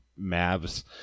Mavs